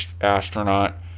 astronaut